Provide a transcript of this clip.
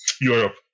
europe